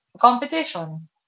competition